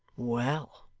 well?